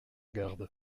garde